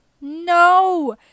No